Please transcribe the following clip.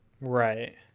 Right